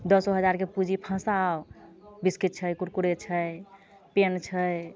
दसो हजार के पूँजी फसाउ बिस्किट छै कुरकुरे छै पेन छै